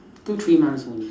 two three months only